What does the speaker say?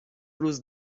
روز